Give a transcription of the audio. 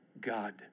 God